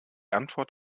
antwort